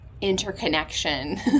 interconnection